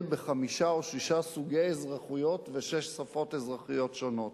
בחמישה או שישה סוגי אזרחויות ושש שפות אזרחיות שונות.